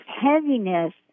heaviness